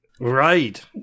Right